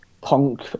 Punk